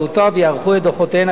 יערכו את דוחותיהן הכספיים,